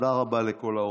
תודה רבה לכל האורחים.